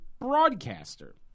broadcaster